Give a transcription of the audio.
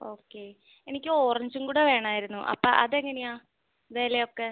okay എനിക്ക് ഓറഞ്ചുംകൂടെ വേണമായിരുന്നു അപ്പോൾ അതെങ്ങനെയാ വിലയൊക്കെ